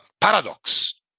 paradox